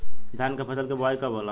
धान के फ़सल के बोआई कब होला?